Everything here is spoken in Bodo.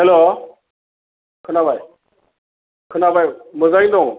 हेल्ल' खोनाबाय खोनाबाय मोजाङैनो दं